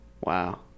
Wow